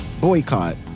boycott